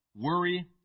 worry